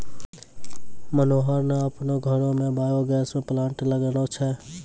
मनोहर न आपनो घरो मॅ बायो गैस के प्लांट लगैनॅ छै